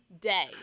day